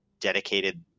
dedicated